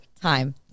time